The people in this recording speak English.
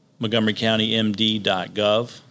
MontgomeryCountyMD.gov